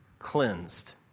cleansed